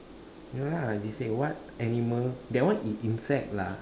ya lah they said what animals that one is insect lah